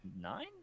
nine